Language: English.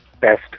best